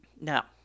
Now